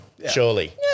Surely